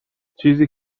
چیزی